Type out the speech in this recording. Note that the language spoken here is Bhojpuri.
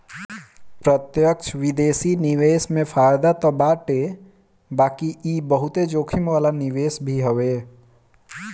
प्रत्यक्ष विदेशी निवेश में फायदा तअ बाटे बाकी इ बहुते जोखिम वाला निवेश भी हवे